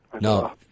No